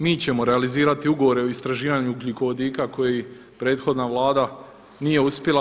Mi ćemo realizirati ugovore o istraživanju ugljikovodika koji prethodna Vlada nije uspjela.